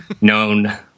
known